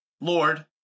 Lord